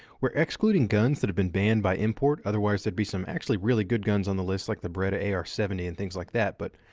we're excluding guns that have been banned by import. otherwise, there'd be some actually really good guns on the list like the beretta ar seventy and things like that. but,